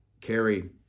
Carrie